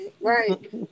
right